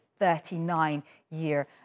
39-year